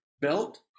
Belt